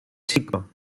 chico